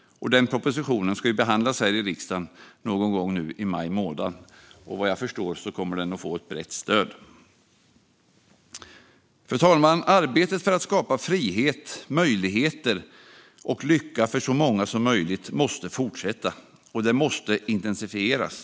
Propositionen ska behandlas här i riksdagen någon gång i maj månad, och vad jag förstår kommer den att få ett brett stöd. Fru talman! Arbetet för att skapa frihet, möjligheter och lycka för så många som möjligt måste fortsätta. Och det måste intensifieras.